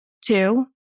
Two